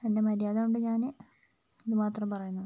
എൻ്റെ മര്യാദ കൊണ്ട് ഞാൻ ഇത് മാത്രം പറയുന്നുള്ളു